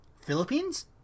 Philippines